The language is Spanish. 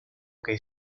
que